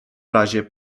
razie